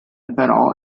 però